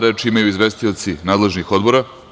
Reč imaju izvestioci nadležnih odbora.